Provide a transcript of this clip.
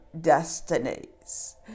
destinies